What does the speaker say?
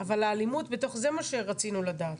זה מה שרצינו לדעת.